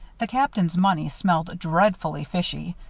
the captain's money smelled dreadfully fishy,